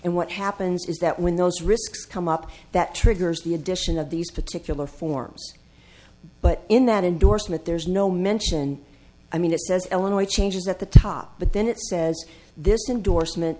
and what happens is that when those risks come up that triggers the addition of these particular forms but in that endorsement there's no mention i mean it says illinois changes at the top but then it says this indorsement